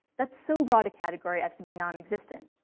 that's so broad a category as to be nonexistent.